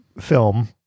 film